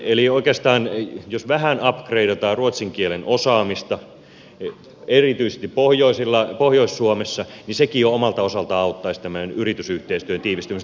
eli jos vähän upgreidattaisiin ruotsin kielen osaamista erityisesti pohjois suomessa niin sekin jo omalta osaltaan auttaisi tämmöisen yritysyhteistyön tiivistymistä